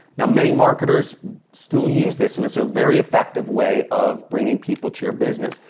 now, many marketers still use this and it's a very effective way of bringing people to your business.